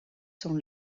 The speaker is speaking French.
sont